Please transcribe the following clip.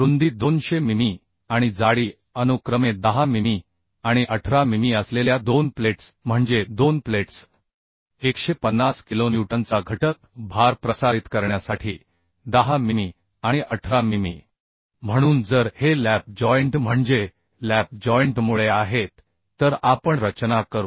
रुंदी 200 मिमी आणि जाडी अनुक्रमे 10 मिमी आणि 18 मिमी असलेल्या दोन प्लेट्स म्हणजे दोन प्लेट्स 150 किलोन्यूटनचा घटक भार प्रसारित करण्यासाठी 10 मिमी आणि 18 मिमी म्हणून जर हे लॅप जॉईंट म्हणजे लॅप जॉईंटमुळे आहेत तर आपण रचना करू